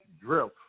drift